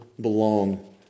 belong